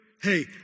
Hey